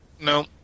No